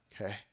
Okay